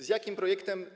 Z jakim projektem?